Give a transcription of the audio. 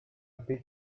big